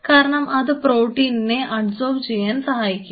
കാരണം അത് പ്രോട്ടീനിനെ അഡ്സോർബ് ചെയ്യാൻ സഹായിക്കും